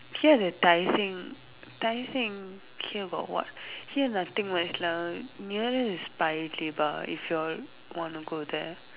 here the Tai Seng Tai Seng here got what here nothing nice lah nearest is Paya Lebar if you all want to go there